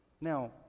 Now